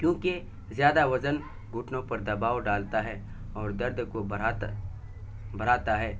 کیونکہ زیادہ وزن گھٹنوں پر دباؤ ڈالتا ہے اور درد کو بڑھاتا بڑھاتا ہے